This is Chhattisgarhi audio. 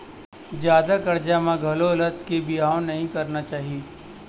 जादा करजा म घलो लद के बिहाव नइ करना चाही